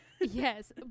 Yes